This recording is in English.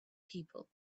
people